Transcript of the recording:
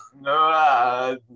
No